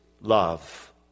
love